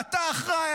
אתה אחראי,